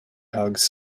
hugs